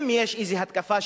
אם יש איזו התקפה,